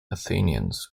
athenians